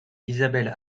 isabelle